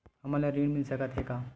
हमन ला ऋण मिल सकत हे का?